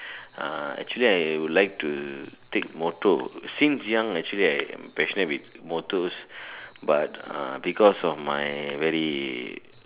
uh actually I would like to take motor since young actually I actually I'm motors but uh because of my very